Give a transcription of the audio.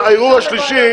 הערעור השלישי